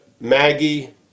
Maggie